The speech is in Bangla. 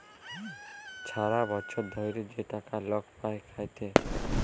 ছারা বচ্ছর ধ্যইরে যে টাকা লক পায় খ্যাইটে